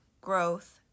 growth